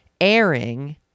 airing